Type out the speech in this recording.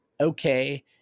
okay